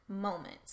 moment